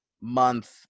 month